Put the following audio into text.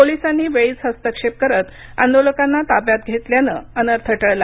पोलीसांनी वेळीच हस्तक्षेप करीत आंदोलकांना ताब्यात घेतल्याने अनर्थ टळला